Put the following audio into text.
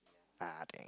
ah dang it